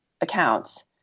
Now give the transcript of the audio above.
accounts